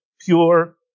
pure